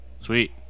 Sweet